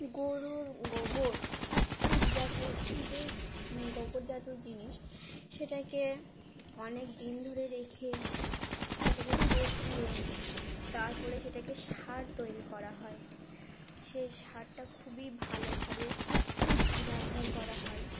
গরুর গোবর জাতীয় যে গোবর জাতীয় জিনিস সেটাকে অনেক দিন ধরে রেখে সেটাকে পচিয়ে তারপরে সেটাকে সার তৈরি করা হয় সেই সারটা খুবই ভালোভাবে ব্যবহার করা হয়